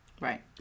Right